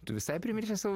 tu visai primiršęs savo